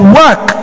work